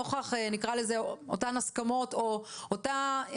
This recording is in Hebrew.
נוכח אותן הסכמות או אותה נקרא לזה.